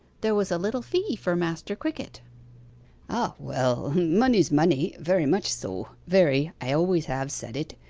there was a little fee for master crickett ah well. money's money very much so very i always have said it.